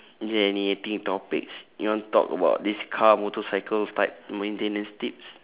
is there any other topics you want to talk about this car motorcycle type maintenance tips